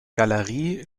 galerie